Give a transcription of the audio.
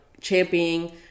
championing